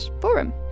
forum